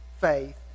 faith